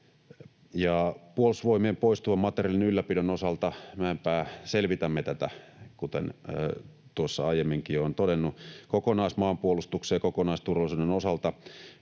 Puolustusvoimien poistuvan materiaalin ylläpidon osalta, Mäenpää, selvitämme tätä, kuten aiemminkin olen todennut. Kokonaismaanpuolustuksen ja kokonaisturvallisuuden osalta: